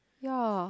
ya